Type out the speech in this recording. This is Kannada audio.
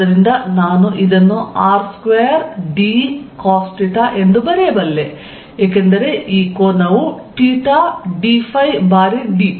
ಆದ್ದರಿಂದ ನಾನು ಇದನ್ನು R2dcosθ ಎಂದು ಬರೆಯಬಲ್ಲೆ ಏಕೆಂದರೆ ಈ ಕೋನವು θ dϕ ಬಾರಿ dr